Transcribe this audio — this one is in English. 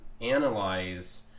analyze